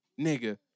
Nigga